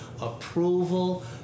approval